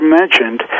mentioned